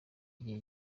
igihe